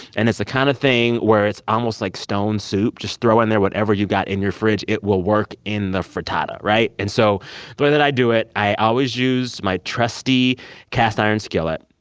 and it's the kind of thing where it's almost like stone soup, just throw in there whatever you got in your fridge, it will work in the frittata, right? and so the way that i do it, i always use my trusty cast iron skillet,